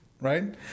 right